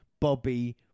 Bobby